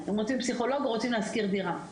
או רוצים פסיכולוג או רוצים להשכיר דירה.